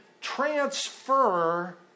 transfer